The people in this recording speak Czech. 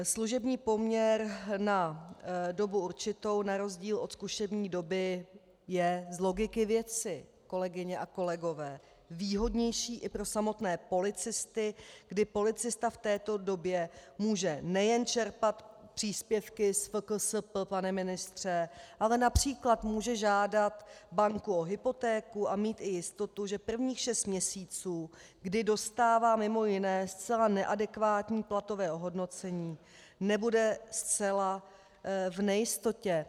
Služební poměr na dobu určitou na rozdíl od zkušební doby je z logiky věci, kolegyně a kolegové, výhodnější i pro samotné policisty, kdy policista v této době může nejen čerpat příspěvky z FKSP, pane ministře, ale například může žádat banku o hypotéku a mít i jistotu, že prvních šest měsíců, kdy dostává mimo jiné zcela neadekvátní platové ohodnocení, nebude zcela v nejistotě.